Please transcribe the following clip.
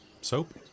Soap